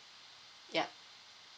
yup